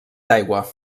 d’aigua